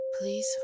Please